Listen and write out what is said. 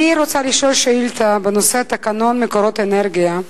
אני רוצה לשאול שאילתא בנושא תקנות מקורות אנרגיה: